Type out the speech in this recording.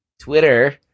Twitter